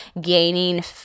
gaining